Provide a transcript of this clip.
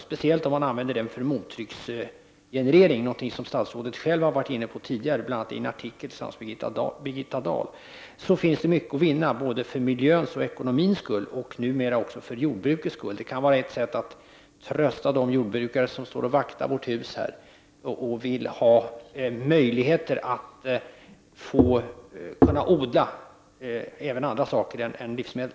Speciellt om man använder biobränslen för mottrycksgenerering — något som statsrådet själv har varit inne på tidigare, bl.a. i en artikel tillsammans med Birgitta Dahl — finns det mycket att vinna för både miljöns och ekonomins skull och numera också för jordbrukets skull. Det kan vara ett sätt att trösta de jordbrukare som står och vaktar vårt hus och som vill få möjligheter att odla annat än bara livsmedel.